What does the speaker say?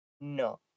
No